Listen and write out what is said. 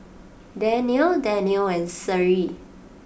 Danial Danial and Seri